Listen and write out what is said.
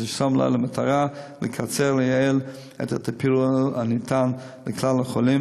ששם לו למטרה לקצר ולייעל את הטיפול הניתן לכלל החולים,